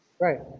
Right